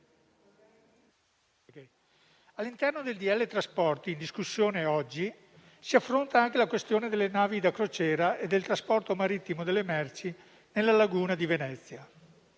all'interno del decreto-legge trasporti oggi in discussione si affronta anche la questione delle navi da crociera e del trasporto marittimo delle merci nella laguna di Venezia.